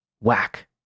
Whack